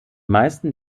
meisten